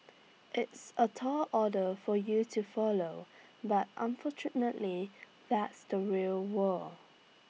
it's A tall order for you to follow but unfortunately that's the real war